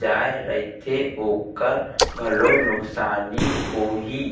जाय रहिथे ओखर घलोक नुकसानी होही